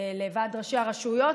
ועד ראשי הרשויות,